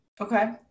Okay